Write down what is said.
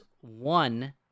One